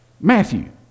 Matthew